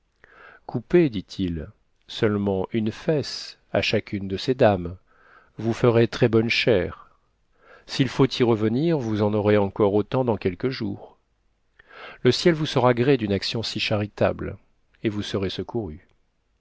coupez dit-il seulement une fesse à chacune de ces dames vous ferez très bonne chère s'il faut y revenir vous en aurez encore autant dans quelques jours le ciel vous saura gré d'une action si charitable et vous serez secourus